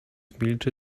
milczy